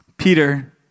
Peter